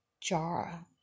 jar